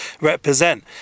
represent